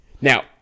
Now